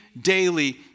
daily